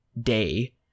day